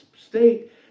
state